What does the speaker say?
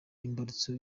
imbarutso